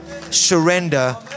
surrender